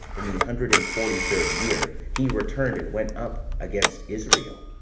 in the hundred and forty third year, he returned and went up against israel.